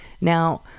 Now